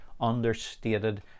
understated